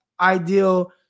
ideal